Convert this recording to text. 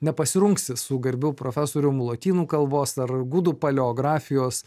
nepasirungsi su garbiu profesorium lotynų kalbos ar gudų paleografijos